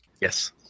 Yes